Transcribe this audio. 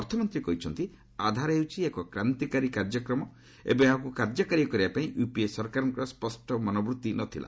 ଅର୍ଥମନ୍ତ୍ରୀ କହିଛନ୍ତି ଆଧାର ହେଉଛି ଏକ କ୍ରାନ୍ତିକାରୀ କାର୍ଯ୍ୟକ୍ରମ ଏବଂ ଏହାକୁ କାର୍ଯ୍ୟକାରୀ କରିବା ପାଇଁ ୟୁପିଏ ସରକାରଙ୍କ ସ୍ୱଷ୍ଟ ମନୋବୃଭି ନ ଥିଲା